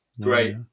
great